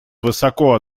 высоко